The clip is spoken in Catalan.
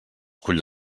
cull